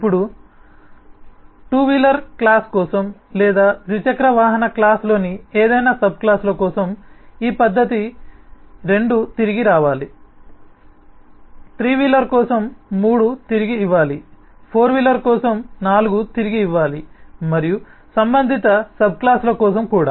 ఇప్పుడు 2 wheeler class కోసం లేదా ద్విచక్ర వాహనక్లాస్ లోని ఏదైనా సబ్క్లాస్ల కోసం ఈ పద్ధతి 2 తిరిగి రావాలి 3 వీలర్ కోసం 3 తిరిగి ఇవ్వాలి 4 వీలర్ కోసం 4 తిరిగి ఇవ్వాలి మరియు సంబంధిత సబ్క్లాస్ల కోసం కూడా